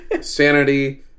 Sanity